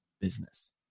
business